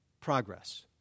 progress